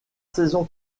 saison